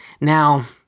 now